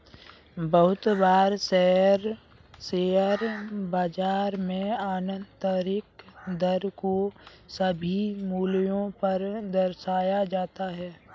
बहुत बार शेयर बाजार में आन्तरिक दर को सभी मूल्यों पर दर्शाया जाता है